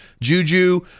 Juju